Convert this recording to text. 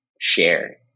share